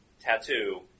tattoo